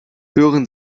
hören